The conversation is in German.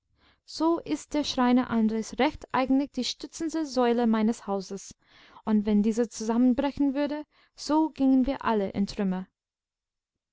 so ist der schreiner andres recht eigentlich die stützende säule meines hauses und wenn diese zusammenbrechen würde so gingen wir alle in trümmer